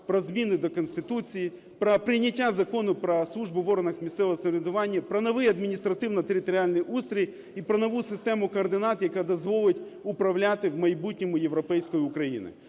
про зміни до Конституції, про прийняття Закону про службу в органах місцевого самоврядування, про новий адміністративно-територіальний устрій і про нову систему координат, яка дозволить управляти в майбутньому європейською Україною.